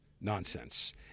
nonsense